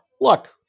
look